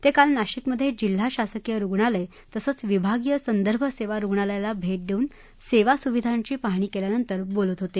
ते काल नाशिकमध्ये जिल्हा शासकीय रुग्णालय तसेच विभागीय संदर्भ सेवा रुग्णालयाला भेट देऊन सेवा सुविधांची पाहणी केल्यानंतर वार्ताहरांशी बोलत होते